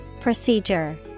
Procedure